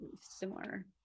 similar